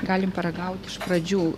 galim paragaut iš pradžių